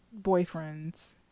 boyfriends